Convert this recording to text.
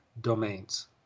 domains